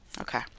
Okay